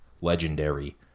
legendary